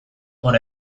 hor